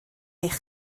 eich